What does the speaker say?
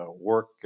work